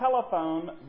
Telephone